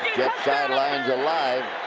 sideline's alive.